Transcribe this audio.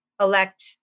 elect